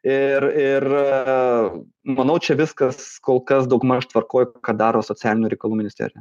irir manau čia viskas kol kas daugmaž tvarkoj ką daro socialinių reikalų ministerija